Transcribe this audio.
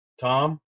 Tom